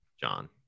John